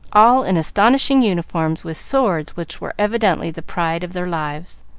all in astonishing uniforms, with swords which were evidently the pride of their lives.